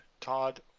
Todd